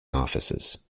offices